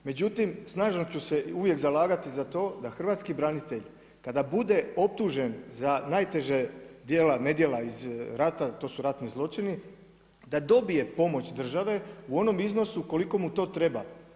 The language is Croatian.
Međutim, snažno ću se uvijek zalagati za to da hrvatski branitelj, kada bude optužen, za najteže dijela, nedjela iz rata, to su ratni zločini, da dobije pomoć države, u onom iznosu koliko im to treba.